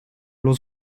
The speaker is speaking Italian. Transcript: allo